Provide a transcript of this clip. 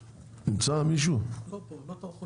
הם לא טרחו